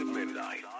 Midnight